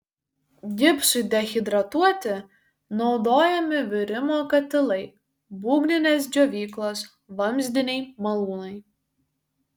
gipsui dehidratuoti naudojami virimo katilai būgninės džiovyklos vamzdiniai malūnai